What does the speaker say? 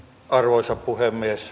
arvoisa puhemies